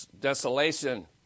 desolation